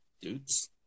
dudes